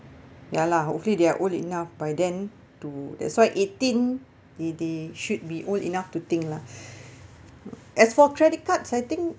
ya lah hopefully they are old enough by then to that's why eighteen they they should be old enough to think lah as for credit card setting